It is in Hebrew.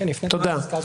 תודה.